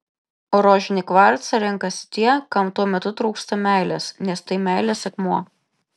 o rožinį kvarcą renkasi tie kam tuo metu trūksta meilės nes tai meilės akmuo